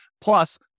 Plus